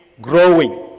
growing